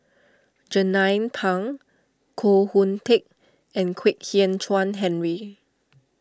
Jernnine Pang Koh Hoon Teck and Kwek Hian Chuan Henry